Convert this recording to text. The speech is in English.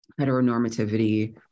heteronormativity